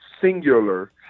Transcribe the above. singular